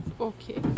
Okay